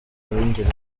b’ingeri